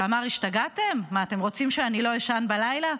שאמר: השתגעתם, מה אתם רוצים שאני לא אישן בלילה?